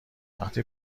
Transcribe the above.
وقتی